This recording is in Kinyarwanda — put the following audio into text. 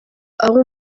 abo